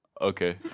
Okay